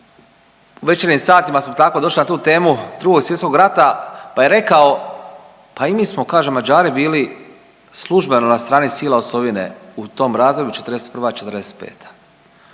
u večernjim satima smo tako došli na tu temu Drugog svjetskog rata, pa je rekao pa i mi smo kaže Mađari bili službeno na strani sila osovine u tom razdoblju '41.-'45.,